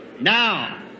Now